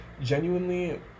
genuinely